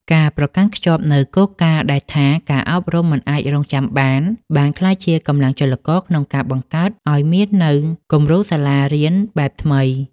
ការប្រកាន់ខ្ជាប់នូវគោលការណ៍ដែលថា «ការអប់រំមិនអាចរង់ចាំបាន» បានក្លាយជាកម្លាំងចលករក្នុងការបង្កើតឱ្យមាននូវគំរូសាលារៀនបែបថ្មី។